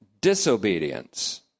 disobedience